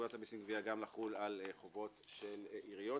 פקודת המסים (גבייה) גם לחול על חובות של עיריות.